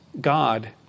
God